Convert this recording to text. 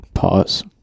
pause